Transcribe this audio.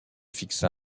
fixa